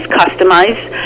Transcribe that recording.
customized